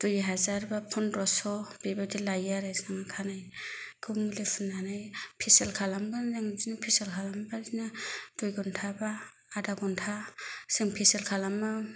दुइ हाजार बा फनद्रस' बेबादि लायो आरो जों खानायखौ मुलि फुननानै फेसियेल खालामो जों फेसियेल खालामबा बिदिनो दुइ घन्टा बा आदा घन्टा जों फेसियेल खालामो